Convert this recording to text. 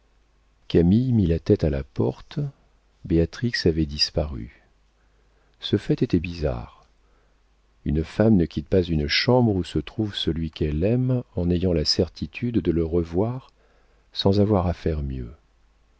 camille mit la tête à la porte béatrix avait disparu ce fait était bizarre une femme ne quitte pas une chambre où se trouve celui qu'elle aime en ayant la certitude de le revoir sans avoir